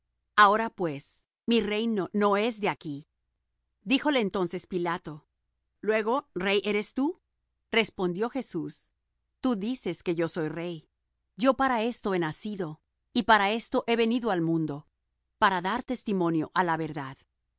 ahora pues mi reino no es de aquí díjole entonces pilato luego rey eres tu respondió jesús tu dices que yo soy rey yo para esto he nacido y para esto he venido al mundo para dar testimonio á la verdad